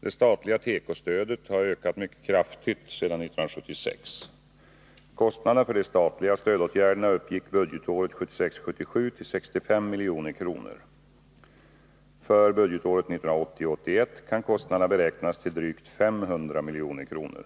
Det statliga tekostödet har ökat mycket kraftigt sedan 1976. Kostnaderna för de statliga stödåtgärderna uppgick budgetåret 1976 81 kan kostnaderna beräknas till drygt 500 milj.kr.